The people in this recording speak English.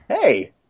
Hey